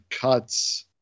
cuts